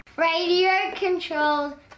Radio-controlled